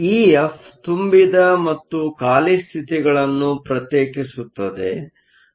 EF ತುಂಬಿದ ಮತ್ತು ಖಾಲಿ ಸ್ಥಿತಿಗಳನ್ನು ಪ್ರತ್ಯೇಕಿಸುತ್ತದೆ